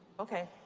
okay.